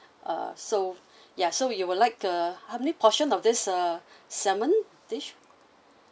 uh so ya so you would like to have any portion of this uh salmon dish